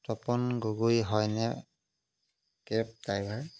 তপন গগৈ হয়নে cab driver